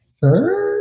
third